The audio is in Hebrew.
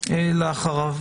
לאחריו.